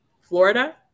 Florida